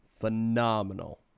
phenomenal